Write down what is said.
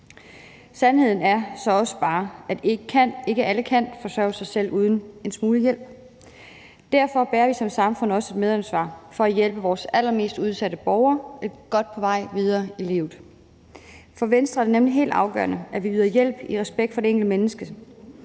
Sandheden er så også bare, at ikke alle kan forsørge sig selv uden en smule hjælp. Derfor bærer vi som samfund også et medansvar for at hjælpe vores allermest udsatte borgere godt på vej videre i livet. For Venstre er det nemlig helt afgørende, at vi yder hjælp i respekt for det enkelte menneske,